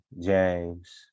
James